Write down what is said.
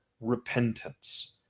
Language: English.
repentance